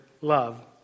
love